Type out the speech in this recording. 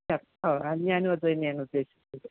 ഓ അത് ഞാനും അത് തന്നെയാണ് ഉദ്ദേശിച്ചത്